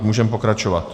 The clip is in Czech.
Můžeme pokračovat.